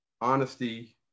honesty